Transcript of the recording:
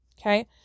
Okay